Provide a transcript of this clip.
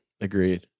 Agreed